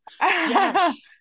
Yes